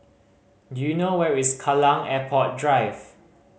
do you know where is Kallang Airport Drive